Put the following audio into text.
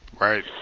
Right